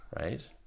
Right